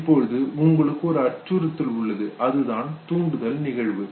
இப்பொழுது உங்களுக்கு ஒரு அச்சுறுத்தல் உள்ளது அதுதான் தூண்டுதல் நிகழ்வு